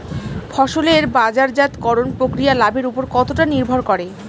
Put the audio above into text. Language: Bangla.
ফসলের বাজারজাত করণ প্রক্রিয়া লাভের উপর কতটা নির্ভর করে?